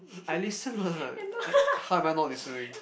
I listen what I how am I not listening